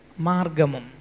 margamum